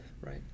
Right